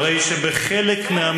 המקסימום זה 1.5%. הרי שבחלק מהמקומות,